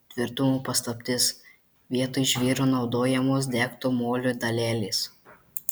tvirtumo paslaptis vietoj žvyro naudojamos degto molio dalelės